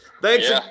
Thanks